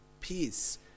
peace